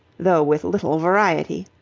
though with little variety.